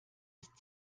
ist